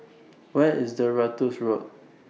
Where IS Ratus Road